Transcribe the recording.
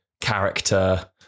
character